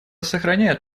сохраняет